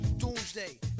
Doomsday